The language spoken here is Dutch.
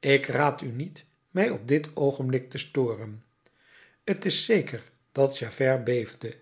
ik raad u niet mij op dit oogenblik te storen t is zeker dat javert beefde